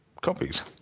copies